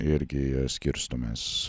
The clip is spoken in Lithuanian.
irgi skirstomės